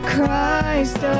Christ